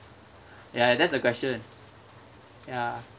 ya that's the question ya